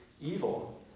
evil